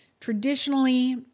Traditionally